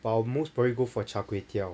but I will most probably go for char kway teow